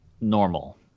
normal